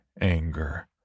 Anger